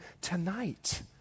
tonight